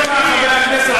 דיברת עם משפחה מעולי אתיופיה.